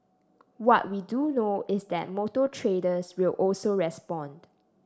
what we do know is that motor traders will also respond